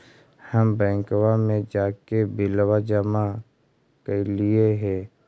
हम बैंकवा मे जाके बिलवा जमा कैलिऐ हे?